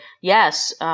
yes